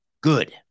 good